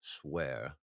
swear